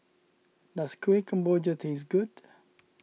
does Kueh Kemboja taste good